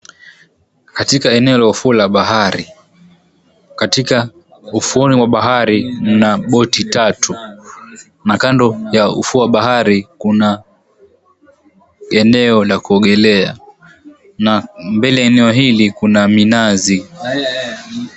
Katikati eneo la ufuo la bahari, katika ufuoni mwa bahari mna boti tatu na kando ya ufuo wa bahari kuna eneo la kuogelea na mbele ya eneo hili kuna minazi.